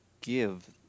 give